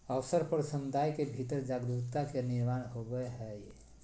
अवसर पर समुदाय के भीतर जागरूकता के निर्माण होबय हइ